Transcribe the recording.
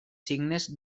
signes